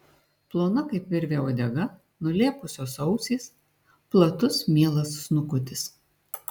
plona kaip virvė uodega nulėpusios ausys platus mielas snukutis